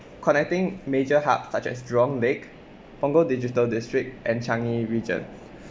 connecting major hub such as jurong lake punggol digital district and changi region